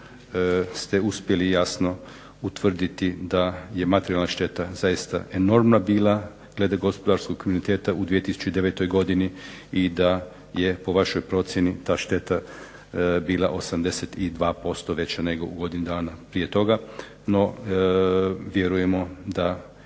ste uspjeli jasno utvrditi da je materijalna šteta zaista enormna bila glede gospodarskog kriminaliteta u 2009. godini i da je po vašoj procjeni ta šteta bila 82% veća nego u godini dana prije toga. No, vjerujemo da